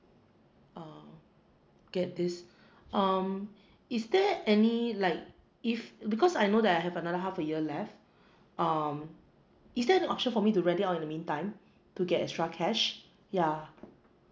uh get this um is there any like if because I know that I have another half a year left um is there an option for me to rent it out in the mean time to get extra cash yeah